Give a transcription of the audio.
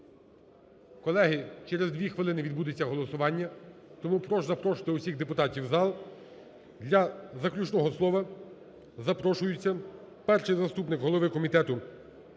Колеги, через 2 хвилини відбудеться голосування, тому прошу запрошувати всіх депутатів у зал. Для заключного слова запрошується перший заступник голови Комітету